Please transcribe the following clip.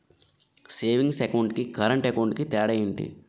Savings account కి current account కి తేడా ఏమిటి?